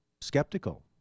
skeptical